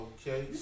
Okay